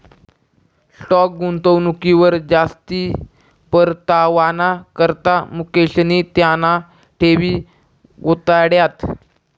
stock गुंतवणूकवर जास्ती परतावाना करता मुकेशनी त्याना ठेवी गुताड्यात